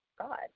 God